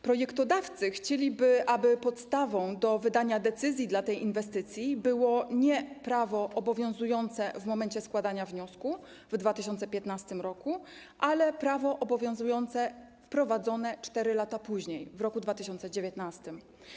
Projektodawcy chcieliby, aby podstawą do wydania decyzji dla tej inwestycji było nie prawo obowiązujące w momencie składania wniosku w 2015 r., ale prawo obowiązujące, wprowadzone 4 lata później, w roku 2019.